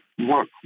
work